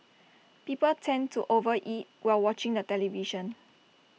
people tend to over eat while watching the television